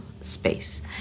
space